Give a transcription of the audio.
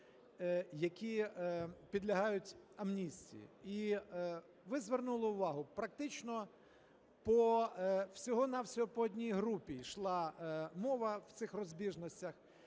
які підлягають амністії. Ви звернули увагу, практично всього-на-всього по одній групі йшла мова в цих розбіжностях: